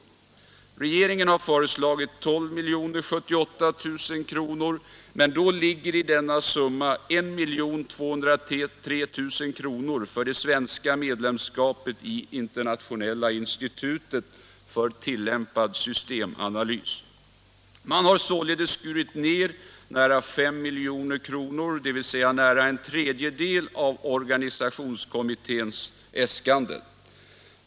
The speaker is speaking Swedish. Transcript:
Regeringen har föreslagit 12 078 000 kr., men då ligger i denna summa 1 203 000 kr. för det svenska medlemskapet i Internationella institutet för tillämpad systemanalys. Man har således skurit ned med nära 5 milj.kr., dvs. med nära en tredjedel av organisationskommitténs äskanden.